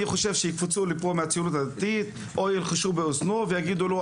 אני חושב שיקפצו לפה מהציונות הדתית או ילחשו באוזנו ויגידו לו,